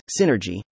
Synergy